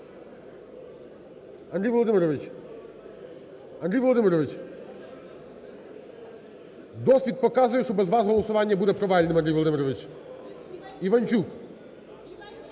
Андрій Володимирович! Андрій Володимирович! Досвід показує, що без вас голосування буде провальним, Андрій Володимирович. Іванчук!